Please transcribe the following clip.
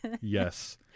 Yes